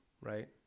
right